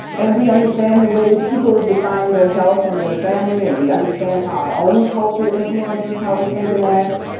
and we understand the way people define their health and their family and we understand how our own culture influences how we think and act,